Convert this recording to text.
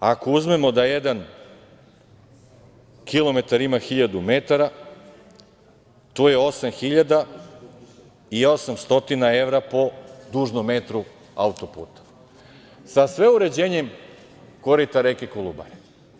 Ako uzmemo da jedan kilometar ima 1000 metara, to je osam hiljada i 800 hiljada evra po dužnom metru auto-puta, sa sve uređenjem korita reke Kolubara.